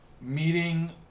meeting